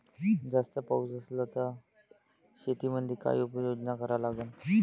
जास्त पाऊस असला त शेतीमंदी काय उपाययोजना करा लागन?